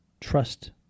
trust